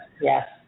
Yes